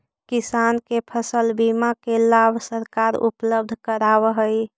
किसान के फसल बीमा के लाभ सरकार उपलब्ध करावऽ हइ